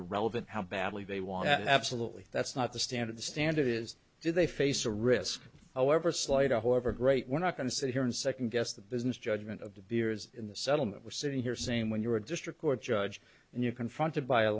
a relevant how badly they want that absolutely that's not the standard the standard is do they face a risk however slight or whoever great we're not going to sit here and second guess the business judgment of the beers in the settlement we're sitting here saying when you're a district court judge and you're confronted by a